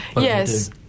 yes